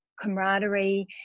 camaraderie